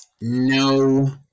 no